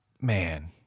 Man